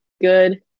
good